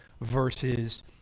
versus